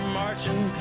marching